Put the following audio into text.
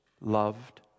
loved